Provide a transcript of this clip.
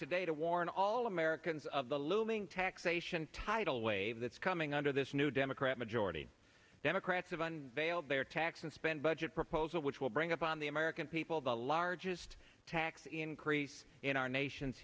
to warn all americans of the looming taxation tidal wave that's coming under this new democrat majority democrats of on bail their tax and spend budget proposal which will bring upon the american people the largest tax increase in our nation's